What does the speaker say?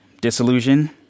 disillusion